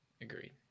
Agreed